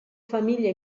famiglia